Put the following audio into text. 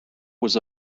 was